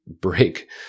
break